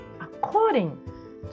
according